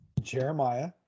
Jeremiah